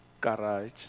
garage